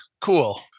Cool